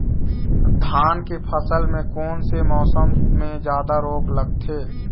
धान के फसल मे कोन से मौसम मे जादा रोग लगथे?